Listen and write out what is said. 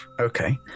okay